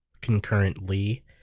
concurrently